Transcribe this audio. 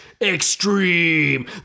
Extreme